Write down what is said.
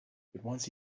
once